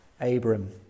Abram